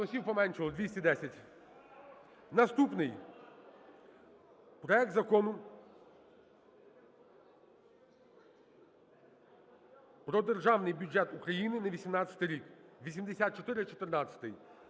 Наступний. Проект Закону про Державний бюджет України на 2018 рік